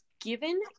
given